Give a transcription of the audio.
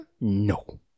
No